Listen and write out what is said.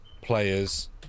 players